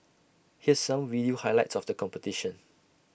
here's some video highlights of the competition